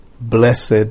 blessed